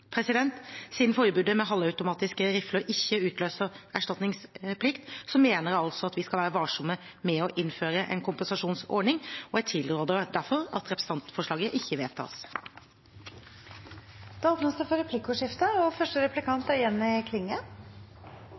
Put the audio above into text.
Siden forbudet mot halvautomatiske rifler ikke utløser erstatningsplikt, mener jeg at vi skal være varsomme med å innføre en kompensasjonsordning. Jeg tilrår derfor at representantforslaget ikke vedtas. Det blir replikkordskifte. I denne saka er